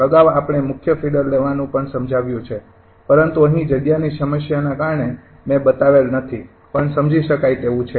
અગાઉ આપણે મુખ્ય ફીડર લેવાનું પણ સમજાવ્યું છે પરંતુ અહીં જગ્યાની સમસ્યાને કારણે મેં બતાવેલ નથી પણ સમજી શકાય તેવું છે